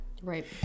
Right